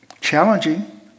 Challenging